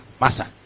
massa